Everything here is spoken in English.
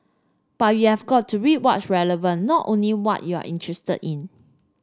but you have got to read watch relevant not only what you are interested in